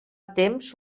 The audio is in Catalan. temps